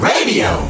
Radio